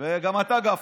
וגם אתה גפני.